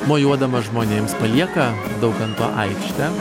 mojuodama žmonėms palieka daukanto aikštę